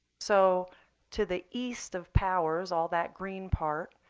so to the east of powers, all that green part,